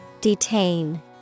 Detain